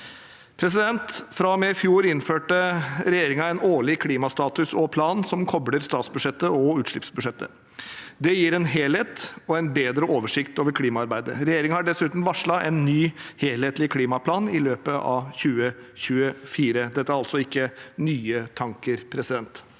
politikk. Fra og med i fjor innførte regjeringen en årlig klimastatus og -plan som kobler statsbudsjettet og utslippsbudsjettet. Det gir en helhet og en bedre oversikt over klimaarbeidet. Regjeringen har dessuten varslet en ny, helhetlig klimaplan i løpet av 2024. Dette er altså ikke nye tanker. Av de